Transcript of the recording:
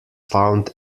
found